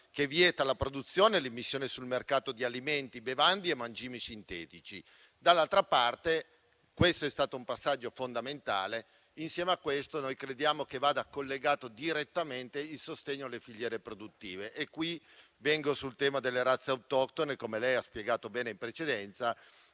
che vieta la produzione e l'immissione sul mercato di alimenti, bevande e mangimi sintetici. Questo è stato un passaggio fondamentale, ma insieme crediamo che a ciò vada collegato direttamente il sostegno alle filiere produttive. Qui vengo a parlare del tema delle razze autoctone. Come lei ha spiegato bene in precedenza,